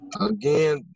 again